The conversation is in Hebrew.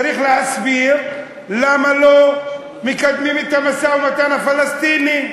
צריך להסביר למה לא מקבלים את המשא-ומתן הפלסטיני,